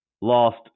lost